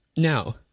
Now